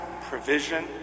provision